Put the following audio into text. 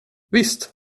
visst